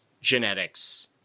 genetics